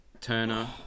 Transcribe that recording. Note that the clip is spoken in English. Turner